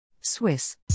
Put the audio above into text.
Swiss